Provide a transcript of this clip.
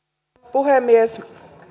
puhemies